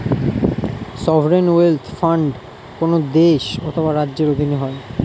sovereign wealth fund কোন দেশ অথবা রাজ্যের অধীনে হয়